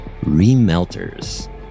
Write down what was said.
remelters